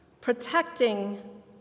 protecting